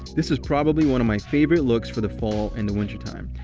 this is probably one of my favorite looks for the fall and winter time.